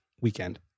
weekend